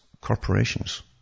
corporations